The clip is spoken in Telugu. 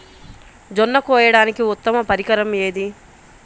జొన్న కోయడానికి ఉత్తమ పరికరం ఏది?